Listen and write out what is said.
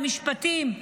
למשפטים,